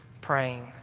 praying